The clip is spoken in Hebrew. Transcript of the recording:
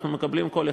אנחנו מקבלים כל אחד.